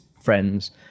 friends